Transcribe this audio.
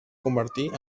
convertir